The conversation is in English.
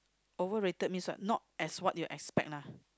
overrated means what not as what you expect lah